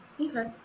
Okay